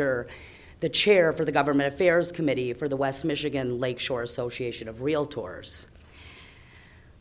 are the chair for the government affairs committee for the west michigan lakeshore association of realtors